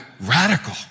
radical